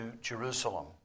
Jerusalem